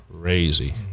crazy